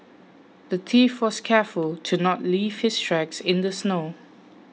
the thief was careful to not leave his tracks in the snow